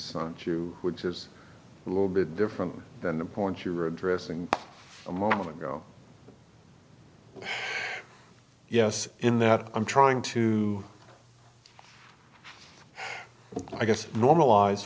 news to which is a little bit different than the point you were addressing a moment ago yes in that i'm trying to i guess normalize